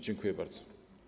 Dziękuję bardzo.